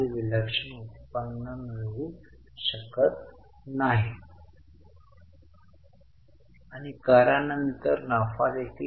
जर चालू वर्षात हे देय दिले नाही तर ते २ वर्षांनंतर भरले जाऊ शकते तर याला भिन्न कर म्हणून संबोधले जाते